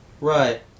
Right